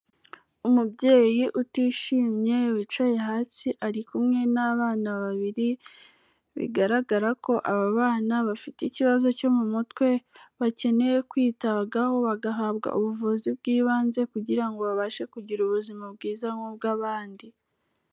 Umubyeyi utishimye wicaye hasi ari kumwe n'abana babiri, bigaragara ko aba bana bafite ikibazo cyo mu mutwe, bakeneye kwitabwaho bagahabwa ubuvuzi bw'ibanze kugira ngo babashe kugira ubuzima bwiza nk'ubw'abandi.